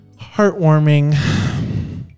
heartwarming